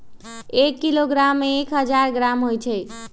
एक किलोग्राम में एक हजार ग्राम होई छई